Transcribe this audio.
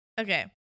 Okay